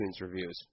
reviews